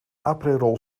aprerol